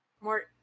more